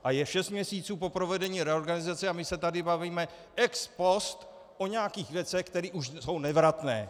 A je šest měsíců po provedení reorganizace a my se tady bavíme ex post o nějakých věcech, které už jsou nevratné.